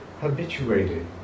habituated